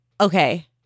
Okay